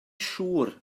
siŵr